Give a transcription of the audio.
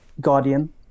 guardian